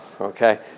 Okay